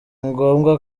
ngombwa